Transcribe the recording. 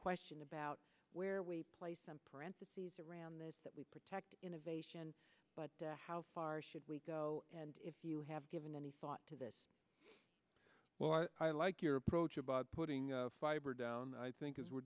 question about where we placed some parentheses around this that we protect innovation but how far should we go and if you have given any thought to this well i like your approach about putting fiber down i think as we're